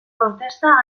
protesta